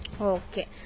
Okay